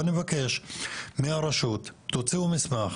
אני מבקש מהרשות, תוציאו מסמך